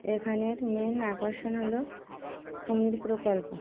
এখানের মেন আকর্ষণ হলো কুমির প্রকল্প